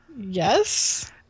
Yes